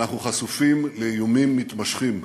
אנחנו חשופים לאיומים מתמשכים.